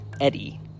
Eddie